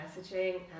messaging